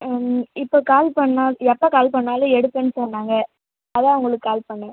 இப்போ கால் பண்ணிணா எப்போ கால் பண்ணிணாலும் எடுப்பேனு சொன்னாங்க அதுதான் உங்களுக்கு கால் பண்ணிணேன்